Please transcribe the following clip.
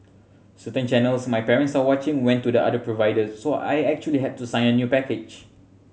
certain channels my parents are watching went to the other providers so I actually had to sign a new package